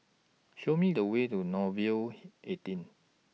Show Me The Way to Nouvel eighteen